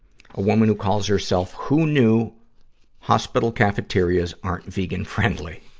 a woman who calls herself who knew hospital cafeterias aren't vegan-friendly.